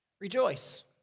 Rejoice